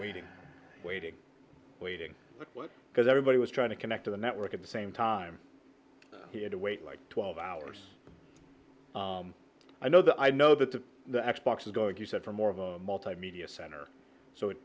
waiting waiting waiting because everybody was trying to connect to the network at the same time he had to wait like twelve hours i know that i know that the the x box is going to sell for more of a multimedia center so it